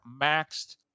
maxed